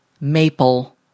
maple